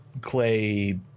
Clay